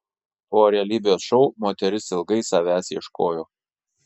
po realybės šou moteris ilgai savęs ieškojo